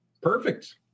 perfect